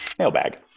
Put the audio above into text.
mailbag